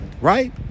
Right